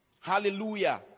Hallelujah